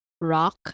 rock